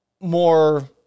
more